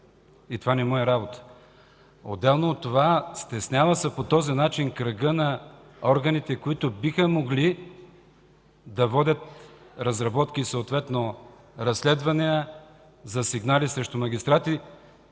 И това не му е работа. Отделно от това – стеснява се по този начин кръгът на органите, които биха могли да водят разработки и съответно разследвания, за сигнали срещу магистрати,